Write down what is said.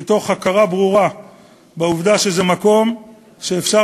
מתוך הכרה ברורה בעובדה שזה מקום שאפשר